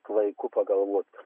klaiku pagalvot